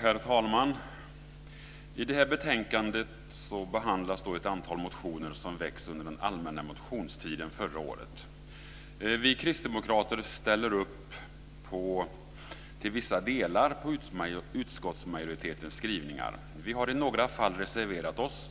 Herr talman! I det här betänkandet behandlas ett antal motioner som väckts under den allmänna motionstiden förra året. Vi kristdemokrater ställer till vissa delar upp på utskottsmajoritetens skrivningar. Vi har i några fall reserverat oss